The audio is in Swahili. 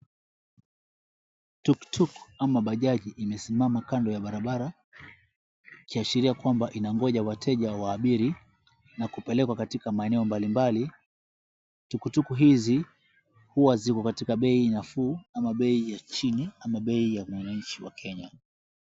Tuktuk ama bajaji imesimama kando ya barabara ikiashiria kwamba inangoja wateja waabiri na kupelekwa katika maeneo mbalimbali. Tukutuku hizi huwa ziko katika bei nafuu ama bei ya chini ama bei ya mwananchi wa Kenya.